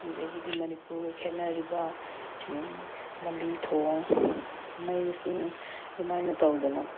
ꯑꯗꯒꯤꯗꯤ ꯃꯅꯤꯄꯨꯔꯒ ꯈꯦꯠꯅꯔꯤꯕ ꯂꯝꯕꯤ ꯊꯣꯡ ꯃꯩ ꯏꯁꯤꯡ ꯑꯗꯨꯃꯥꯏꯅ ꯇꯧꯗꯅ